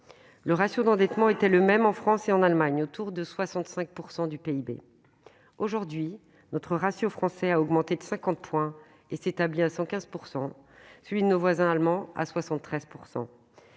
le ratio d'endettement était le même en France et en Allemagne, autour de 65 % du PIB. Aujourd'hui, le ratio français a augmenté de 50 points et s'élève à 115 %, quand celui de nos voisins allemands est